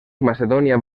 macedònia